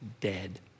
dead